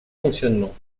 fonctionnement